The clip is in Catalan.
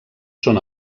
són